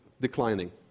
declining